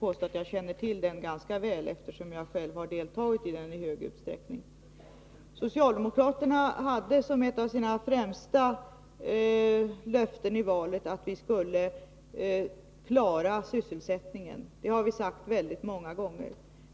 Jag känner till den ganska väl, eftersom jag själv deltagit i den i stor utsträckning. Socialdemokraterna hade som ett av sina främsta löften i valet att vi skulle klara sysselsättningen. Det har vi sagt väldigt många gånger.